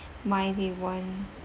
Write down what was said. why they weren't